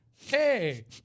Hey